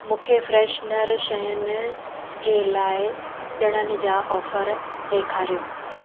मूंखे फ्रेशनर शयुनि जे लाइ ॾिणनि जा ऑफर ॾेखारियो